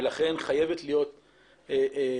ולכן חייבת להיות אחידות